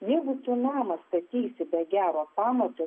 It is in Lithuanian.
jeigu tu namą statysi be gero pamato